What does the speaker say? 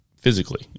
physically